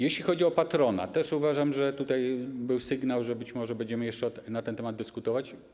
Jeśli chodzi o patronat, to uważam, że był tutaj sygnał, że być może będziemy jeszcze na ten temat dyskutować.